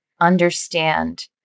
understand